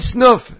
Snuff